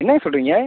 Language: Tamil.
என்னங்க சொல்கிறீங்க